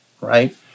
right